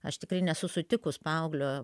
aš tikrai nesu sutikus paauglio